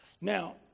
Now